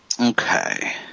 okay